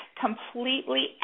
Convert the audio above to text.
completely